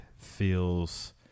feels